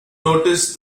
noticed